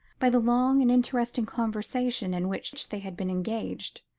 by the long and interesting conversation in which they had been engaged,